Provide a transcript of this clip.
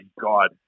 God